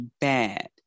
bad